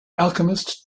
alchemist